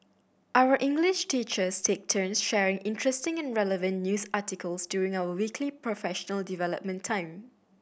our English teachers take turns sharing interesting and relevant news articles during our weekly professional development time